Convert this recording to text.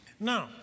Now